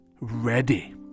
ready